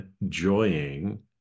enjoying